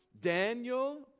Daniel